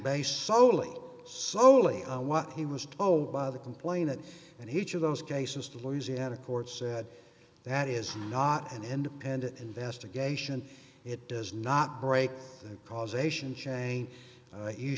based soley slowly on what he was told by the complainant and he choose those cases to louisiana courts said that is not an independent investigation it does not break the causation chain you